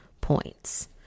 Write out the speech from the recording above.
points